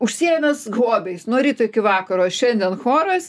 užsiėmęs hobiais nuo ryto iki vakaro šiandien choras